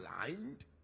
blind